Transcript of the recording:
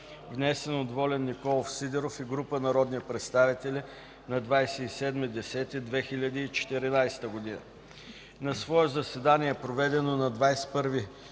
внесен от Волен Николов Сидеров и група народни представители на 27.10.2014 г. На свое заседание, проведено на 21